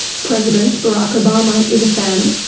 president barack obama is a fan.